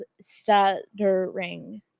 stuttering